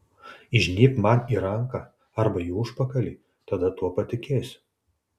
įžnybk man į ranką arba į užpakalį tada tuo patikėsiu